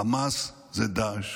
חמאס זה דאעש.